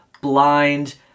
blind